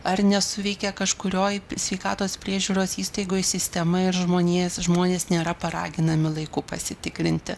ar nesuveikė kažkurioj sveikatos priežiūros įstaigoj sistema ir žmonės žmonės nėra paraginami laiku pasitikrinti